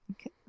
Okay